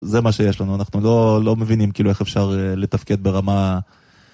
זה מה שיש לנו, אנחנו לא... לא מבינים כאילו איך אפשר אה... לתפקד ברמה...